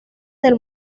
del